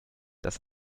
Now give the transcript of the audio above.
das